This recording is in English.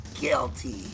Guilty